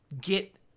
get